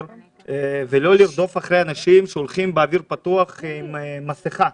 ולא לרודף אחרי אנשים שהולכים באוויר הפתוח עם מסכה.